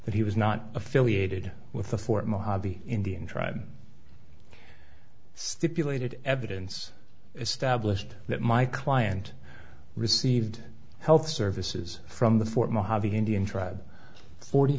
that he was not affiliated with the fort mojave indian tribe stipulated evidence established that my client received health services from the fort mojave indian tribe forty